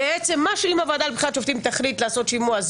הוועדה לבחירת שופטים תחליט לעשות שימוע,